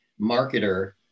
marketer